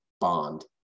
bond